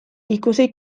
ikusi